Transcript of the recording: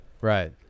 Right